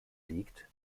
liegt